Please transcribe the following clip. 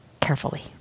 carefully